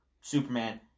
Superman